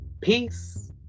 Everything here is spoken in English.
Peace